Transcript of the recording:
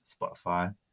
Spotify